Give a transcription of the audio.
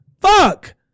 Fuck